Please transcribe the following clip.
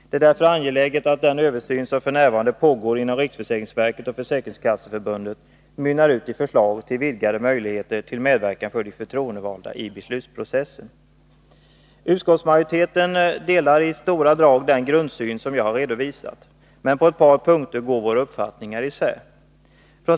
Det är därför angeläget att den översyn som f.n. pågår inom riksförsäkringsverket och Försäkringskasseförbundet utmynnar i förslag till vidgade möjligheter till medverkan för de förtroendevalda i beslutsprocessen. Utskottsmajoriteten delar i stora drag den grundsyn som jag har redovisat. Men på ett par punkter går våra uppfattningar isär.